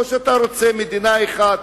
או שאתה רוצה מדינה אחת?